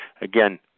again